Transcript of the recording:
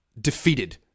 defeated